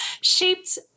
shaped